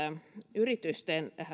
yritysten